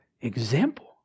example